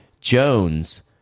jones